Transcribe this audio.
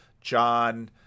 John